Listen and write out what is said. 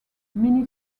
mini